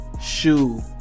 Shoe